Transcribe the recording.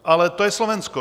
Ale to je Slovensko.